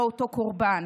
לא אותו קורבן.